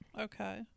Okay